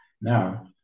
Now